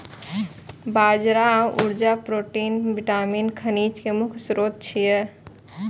बाजरा ऊर्जा, protein, vitamin, खनिज के मुख्य स्रोत छियै